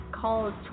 called